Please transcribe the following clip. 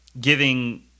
giving